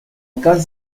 cas